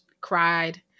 cried